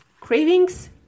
cravings